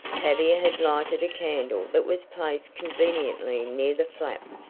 tavia had lighted a candle that was placed conveniently near the flap,